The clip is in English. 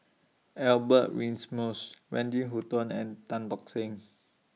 Albert Winsemius Wendy Hutton and Tan Tock Seng